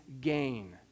gain